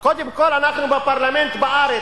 קודם כול, אנחנו בפרלמנט בארץ.